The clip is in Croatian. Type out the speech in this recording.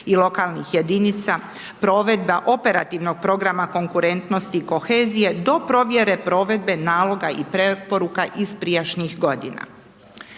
i lokalnih jedinica, provedba operativnog programa konkurentnosti i kohezije, do provjere provedbe naloga i preporuka iz prijašnjih godina.